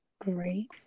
Great